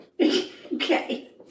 Okay